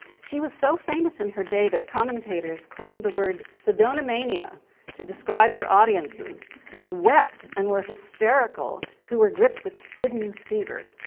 she was so famous in her day that commentators coined the word sedona mania to describe her audiences which wept and were hysterical, who were gripped with siddons fever,